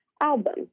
album